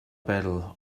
battle